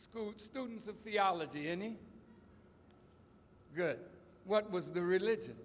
school students of theology any good what was the religion